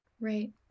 right